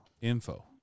info